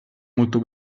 molto